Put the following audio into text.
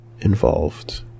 involved